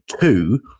two